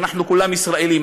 ואנחנו כולם ישראלים,